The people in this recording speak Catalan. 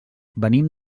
venim